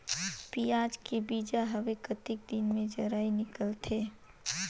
पियाज के बीजा हवे कतेक दिन मे जराई निकलथे?